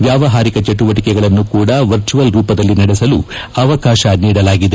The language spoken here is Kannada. ವ್ಯವಹಾರಿಕ ಚಟುವಟಿಕೆಗಳನ್ನು ಕೂಡ ವರ್ಚುವಲ್ ರೂಪದಲ್ಲಿ ನಡೆಸಲು ಅವಕಾಶ ನೀಡಲಾಗಿದೆ